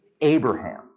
Abraham